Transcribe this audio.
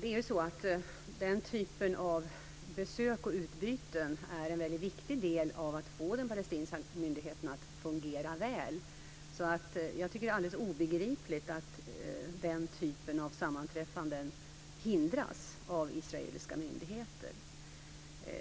Fru talman! Den typen av besök och utbyten är en väldigt viktig del i att få den palestinska myndigheten att fungera väl. Det är alldeles obegripligt att den typen av sammanträffanden hindras av israeliska myndigheter.